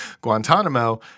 Guantanamo